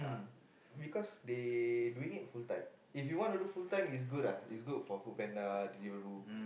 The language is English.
mm because they doing it full time if you want to do full time it's good lah it's for Food Panda deliver road